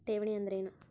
ಠೇವಣಿ ಅಂದ್ರೇನು?